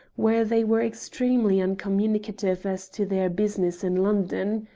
where they were extremely uncommunicative as to their business in london.